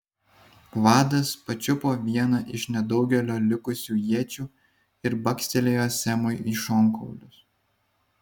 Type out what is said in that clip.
vadas pačiupo vieną iš nedaugelio likusių iečių ir bakstelėjo semui į šonkaulius